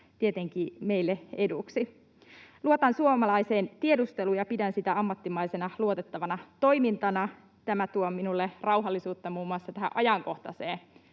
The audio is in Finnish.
tietenkin meille eduksi. Luotan suomalaiseen tiedusteluun ja pidän sitä ammattimaisena, luotettavana toimintana. Tämä tuo minulle rauhallisuutta muun muassa tässä ajankohtaisessa